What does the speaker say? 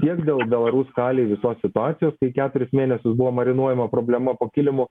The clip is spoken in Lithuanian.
tiek dėl belarų skalėj visos situacijos kai keturis mėnesius buvo marinuojama problema po kilimu